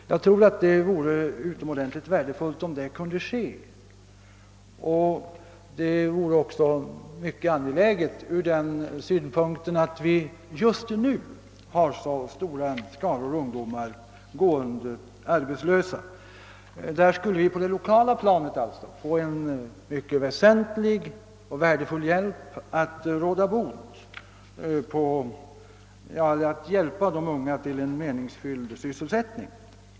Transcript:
Jag tror att det vore utomordentligt värdefullt, om så kunde ske. Det är också mycket angeläget från den synpunkten, att vi just nu har så stora skaror ungdomar gående arbetslösa. Om en sådan ändring kunde genomföras, skulle vi på det lokala planet få värdefulla möjligheter att hjälpa de unga till en meningsfylld sysselsättning.